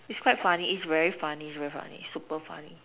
it's quite funny it's very funny it's very funny super funny